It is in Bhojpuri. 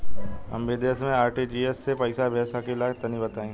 हम विदेस मे आर.टी.जी.एस से पईसा भेज सकिला तनि बताई?